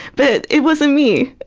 but it wasn't me.